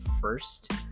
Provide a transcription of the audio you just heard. first